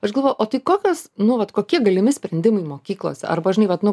aš galvoju o tai kokios nu vat kokie galimi sprendimai mokyklose arba žinai vat nu